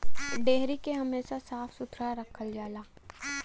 dairy के हमेशा साफ सुथरा रखल जाला